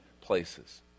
places